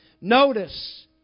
Notice